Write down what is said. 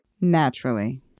Naturally